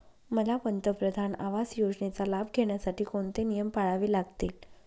मला पंतप्रधान आवास योजनेचा लाभ घेण्यासाठी कोणते नियम पाळावे लागतील?